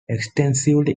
extensively